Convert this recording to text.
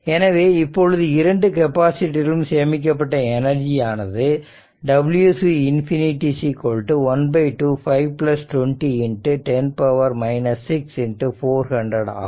எனவே இப்பொழுது இரண்டு கெப்பாசிட்டரிலும் சேமிக்கப்பட்ட எனர்ஜியானது w c∞ ½ 5 20 10 6 400 ஆகும்